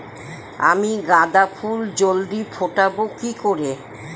আমি গাঁদা ফুল জলদি ফোটাবো কি করে?